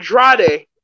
Andrade